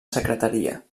secretaria